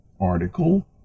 article